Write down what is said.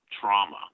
trauma